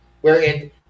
wherein